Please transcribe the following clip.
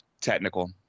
technical